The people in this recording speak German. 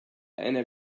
eine